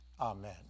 Amen